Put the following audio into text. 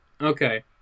Okay